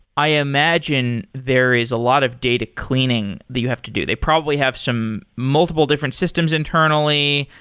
i imagine there is a lot of data cleaning that you have to do. they probably have some multiple different systems internally.